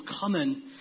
common